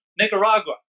Nicaragua